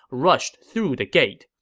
rushed through the gate.